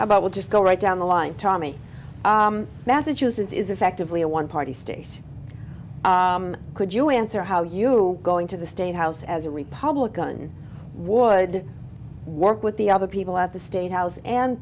about we'll just go right down the line tommy massachusetts is effectively a one party state could you answer how you go into the state house as a republican and would work with the other people at the state house and